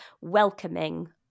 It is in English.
welcoming